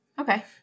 Okay